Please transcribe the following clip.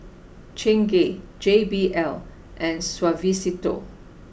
Chingay J B L and Suavecito